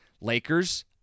Lakers